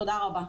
תודה רבה.